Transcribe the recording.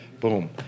boom